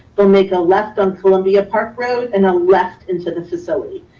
they'll make a left on columbia park road and a left into the facility.